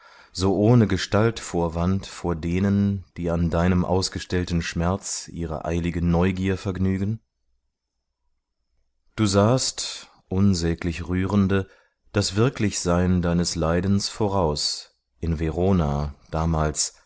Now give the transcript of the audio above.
so ohne gestaltvorwand vor denen die an deinem ausgestellten schmerz ihre eilige neugier vergnügen du sahst unsäglich rührende das wirklichsein deines leidens voraus in verona damals